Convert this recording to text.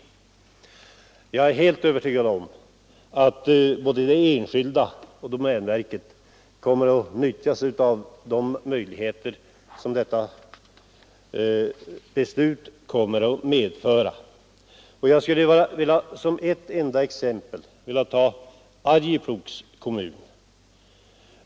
Jag är helt övertygad om att både de enskilda skogsägarna och domänverket kommer att utnyttja de möjligheter som beslutet här i dag medför, och jag skall som ett enda exempel ta Arjeplogs kommun.